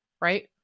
right